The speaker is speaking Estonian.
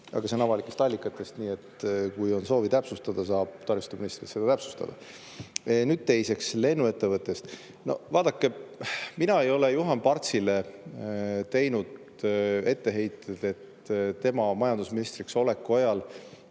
on avalikest allikatest, nii et kui on soovi täpsustada, saab taristuministrilt täpsustada. Teiseks lennuettevõttest. Vaadake, mina ei ole Juhan Partsile teinud etteheiteid, et tema majandusministriks oleku ajal